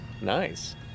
Nice